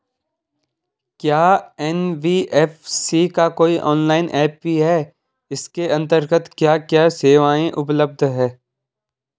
क्या एन.बी.एफ.सी का कोई ऑनलाइन ऐप भी है इसके अन्तर्गत क्या क्या सेवाएँ उपलब्ध हैं?